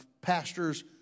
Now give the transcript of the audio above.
pastor's